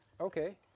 Okay